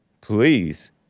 Please